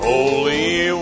Holy